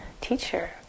teacher